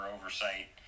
oversight